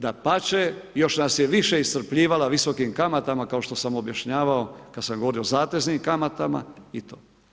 Dapače, još nas je više iscrpljivala visokim kamatama kao što sam objašnjavao kada sam govorio o zateznim kamatama i to.